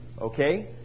Okay